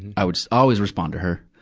and i would always respond to her.